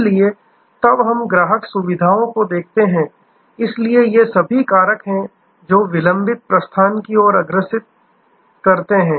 इसलिए तब हम ग्राहक सुविधाओं को देखते हैं इसलिए ये सभी कारण हैं जो विलंबित प्रस्थान की ओर अग्रसर हैं